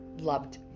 loved